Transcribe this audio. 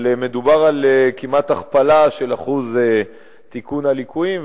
אבל מדובר על כמעט הכפלה של אחוז תיקון הליקויים,